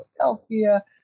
Philadelphia